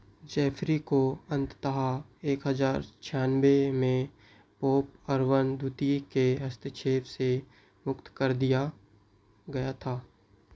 Jefri को अंतत एक हज़ार छियानवे में पोप अर्बन द्वितीय के हस्तक्षेप से मुक्त कर दिया गया था